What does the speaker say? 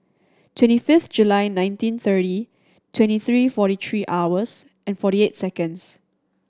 twenty fifth July nineteen thirty twenty three forty three hours and forty eight seconds